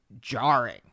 jarring